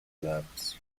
labs